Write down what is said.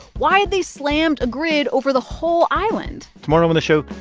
why'd they slam a grid over the whole island? tomorrow on the show,